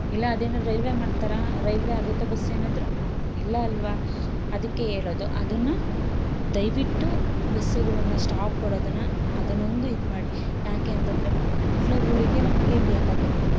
ಇಲ್ಲ ಅದೇನೋ ರೈಲ್ವೆ ಮಾಡ್ತಾರ ರೈಲ್ವೆ ಆಗುತ್ತಾ ಬಸ್ ಏನಾದ್ರು ಇಲ್ಲ ಅಲ್ವಾ ಅದಕ್ಕೆ ಹೇಳೋದು ಅದನ್ನ ದಯವಿಟ್ಟು ಬಸ್ಸುಗಳನ್ನ ಸ್ಟಾಪ್ ಕೊಡೋದನ್ನ ಅದನ್ನೊಂದು ಇದ್ಮಾಡಿ ಯಾಕೆ ಅಂತಂದ್ರೆ ಮಕ್ಳುಗಳಿಗೆ ನಮಗೆ ಬೇಕಾಗಿರೋದು